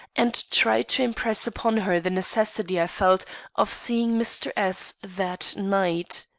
and tried to impress upon her the necessity i felt of seeing mr. s that night.